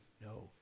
no